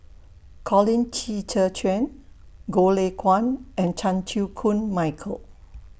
Colin Qi Zhe Quan Goh Lay Kuan and Chan Chew Koon Michael